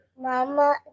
Mama